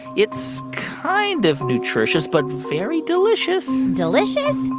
it's kind of nutritious but very delicious delicious?